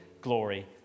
glory